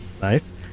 nice